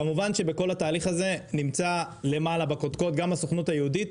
כמובן שבכל התהליך הזה נמצא למעלה בקודקוד גם הסוכנות היהודית,